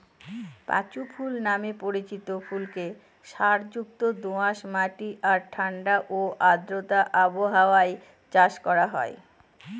পাঁচু ফুল নামে পরিচিত ফুলকে সারযুক্ত দোআঁশ মাটি আর ঠাণ্ডা ও আর্দ্র আবহাওয়ায় চাষ করা হয়